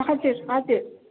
हजुर हजुर